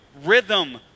rhythm